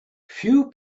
few